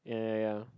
ya ya ya